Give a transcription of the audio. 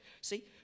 See